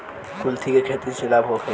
कुलथी के खेती से लाभ होखे?